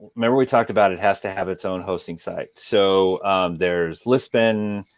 remember we talked about it has to have its own hosting site? so there's listbin,